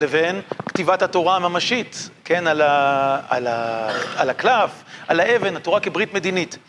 לבין כתיבת התורה הממשית, כן, על הכ\קלף, על האבן, התורה כברית מדינית.